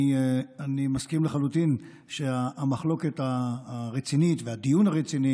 אני מסכים לחלוטין שהמחלוקת הרצינית והדיון הרציני